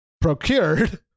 procured